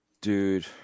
Dude